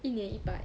一年一百